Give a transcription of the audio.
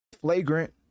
flagrant